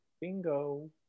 Bingo